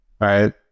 right